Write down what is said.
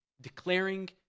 Declaring